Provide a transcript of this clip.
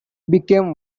became